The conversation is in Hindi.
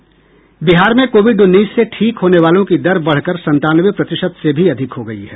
बिहार में कोविड उन्नीस से ठीक होने वालों की दर बढ़कर संतानवे प्रतिशत से भी अधिक हो गयी है